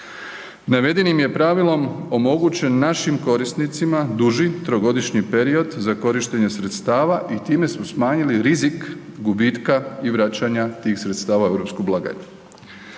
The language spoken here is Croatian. Navedenim je pravilom omogućen našim korisnicima duži trogodišnji period za korištenje sredstava i time smo smanjili rizik gubitka i vraćanja tih sredstava u europsku blagajnu.